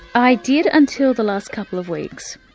i did until the last couple of weeks,